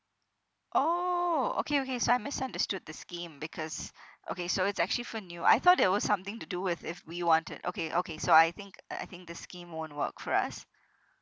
oh okay okay so I misunderstood the scheme because okay so it's actually for new I thought there was something to do with if we wanted okay okay so I think I think this scheme won't work for us